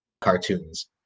cartoons